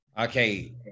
Okay